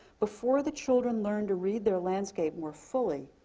before the children learned to read their landscape more fully,